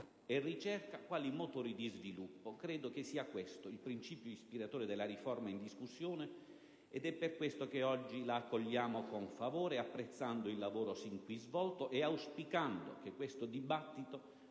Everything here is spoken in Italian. e ricerca quali motori di sviluppo: credo sia questo il principio ispiratore della riforma in discussione ed è per questo che oggi la accogliamo con favore, apprezzando il lavoro sin qui svolto e auspicando che il dibattito